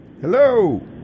Hello